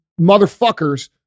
motherfuckers